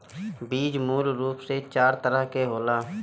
बीज मूल रूप से चार तरह के होला